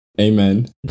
amen